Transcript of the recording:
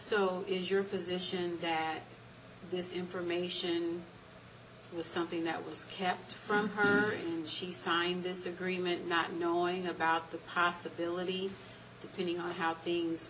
so is your position that this information was something that was kept from her she signed this agreement not knowing about the possibility depending on how things